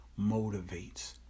motivates